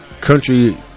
country